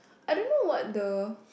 I don't know what the